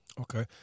Okay